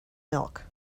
milk